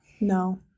No